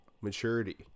maturity